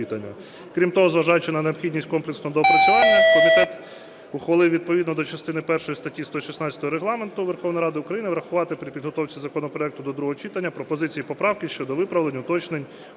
Крім того, зважаючи на необхідність комплексного доопрацювання, комітет ухвалив відповідно до частини першої статті 116 Регламенту Верховної Ради України врахувати при підготовці законопроекту до другого читання пропозиції і поправки щодо виправлень, уточнень, усунення